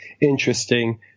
interesting